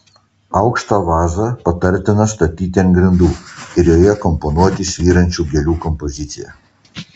aukštą vazą patartina statyti ant grindų ir joje komponuoti svyrančių gėlių kompoziciją